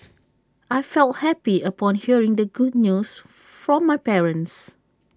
I felt happy upon hearing the good news from my parents